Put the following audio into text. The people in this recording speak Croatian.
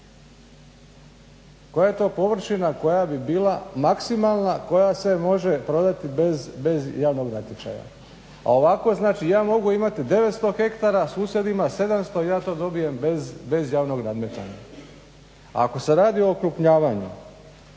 koja je to površina koja bi bila maksimalna koja se može provesti bez javnog natječaja. A ovako znači ja mogu imati 900 hektara, susjed ima 700 i ja to dobijem bez javnog nadmetanja. Ako se radi o okrupnjavanju,